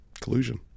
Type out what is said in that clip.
collusion